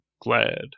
glad